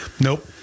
Nope